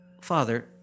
Father